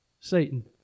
Satan